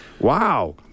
Wow